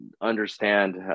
understand